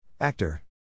Actor